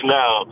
now